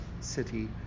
city